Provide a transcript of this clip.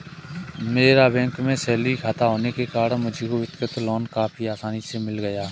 मेरा बैंक में सैलरी खाता होने के कारण मुझको व्यक्तिगत लोन काफी आसानी से मिल गया